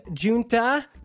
junta